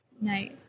Nice